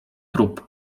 trup